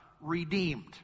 redeemed